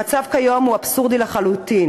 המצב כיום הוא אבסורדי לחלוטין.